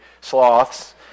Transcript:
sloths